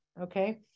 okay